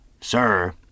Sir